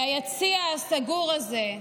היציע הסגור הזה,